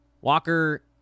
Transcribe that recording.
Walker